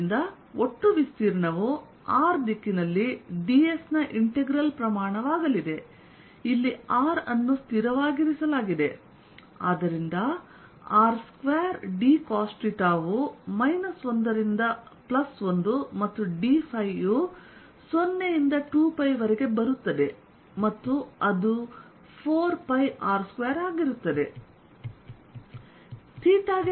ಆದ್ದರಿಂದ ಒಟ್ಟು ವಿಸ್ತೀರ್ಣವು r ದಿಕ್ಕಿನಲ್ಲಿ ds ನ ಇಂಟೆಗ್ರಲ್ ಪ್ರಮಾಣವಾಗಲಿದೆ ಇಲ್ಲಿ r ಅನ್ನು ಸ್ಥಿರವಾಗಿರಿಸಲಾಗಿದೆ ಆದ್ದರಿಂದ r2dcosθ ವು 1 ರಿಂದ 1 ಮತ್ತು dϕ ಯು 0 ಇಂದ 2π ವರೆಗೆ ಬರುತ್ತದೆ ಮತ್ತು ಅದು 4πR2ಆಗಿರುತ್ತದೆ